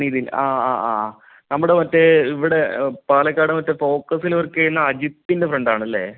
നിധിൻ ആ ആ ആ നമ്മുടെ മറ്റേ ഇവിടെ പാലക്കാട് മറ്റേ ഫോക്കസിൽ വർക്ക് ചെയ്യുന്ന അജിത്തിൻ്റെ ഫ്രണ്ടാണല്ലേ